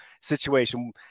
situation